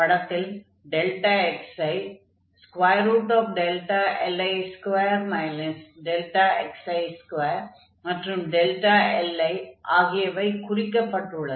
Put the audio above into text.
படத்தில் xi li2 xi2 மற்றும் li ஆகியவை குறிக்கப்பட்டுள்ளது